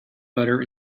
butter